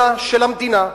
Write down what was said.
שלה, של המדינה.